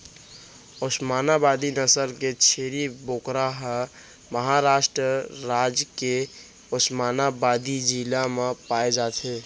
ओस्मानाबादी नसल के छेरी बोकरा ह महारास्ट राज के ओस्मानाबादी जिला म पाए जाथे